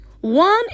One